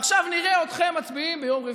ועכשיו נראה אתכם מצביעים ביום רביעי,